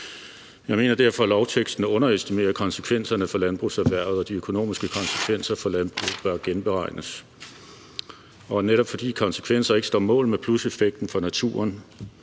Jeg mener derfor, at lovteksten underestimerer konsekvenserne for landbrugserhvervet, og de økonomiske konsekvenser for landbruget bør genberegnes. Og netop fordi konsekvenserne ikke står mål med pluseffekten for naturen